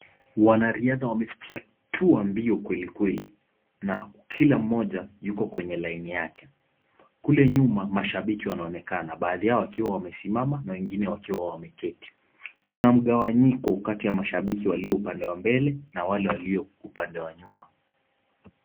Wanariadha wamefyatua mbio kwelikweli na kila mmoja yuko kwenye laini yake. Kule nyuma mashabiki wanaonekana baadhi yao wakiwa wamesimama wengine wakiwa wameketi. Kuna mgawanyiko kati ya mashabiki walio upande wa mbele na wale walio upande wa nyuma.